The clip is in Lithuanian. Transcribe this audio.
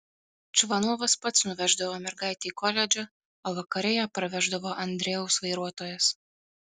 čvanovas pats nuveždavo mergaitę į koledžą o vakare ją parveždavo andrejaus vairuotojas